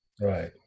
right